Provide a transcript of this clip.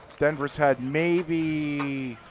denvers had maybe,